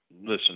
Listen